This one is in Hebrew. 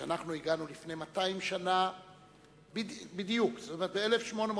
כשאנחנו הגענו לפני 200 שנה בדיוק, כלומר ב-1809,